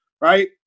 right